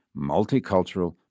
multicultural